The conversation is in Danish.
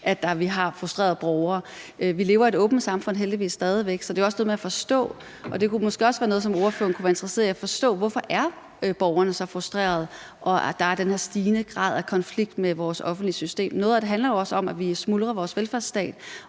at vi har frustrerede borgere. Vi lever heldigvis stadig væk i et åbent samfund, så det er også noget med at forstå – og det kunne måske også været noget, som ordføreren kunne være interesseret i at forstå – hvorfor borgerne er så frustrerede, og at der er den her stigende grad af konflikt med vores offentlige system. Noget af det handler jo også om, at vi smuldrer vores velfærdsstat